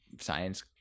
science